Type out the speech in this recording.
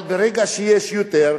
אבל ברגע שיש יותר,